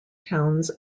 towns